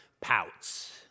pouts